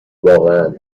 واقعا